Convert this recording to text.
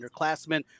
underclassmen